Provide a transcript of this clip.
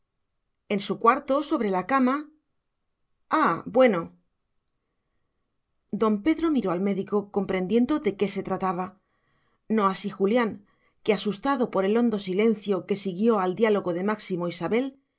en su cuarto sobre la cama ah bueno don pedro miró al médico comprendiendo de qué se trataba no así julián que asustado por el hondo silencio que siguió al diálogo de máximo y sabel